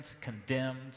condemned